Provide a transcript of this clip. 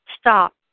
Stop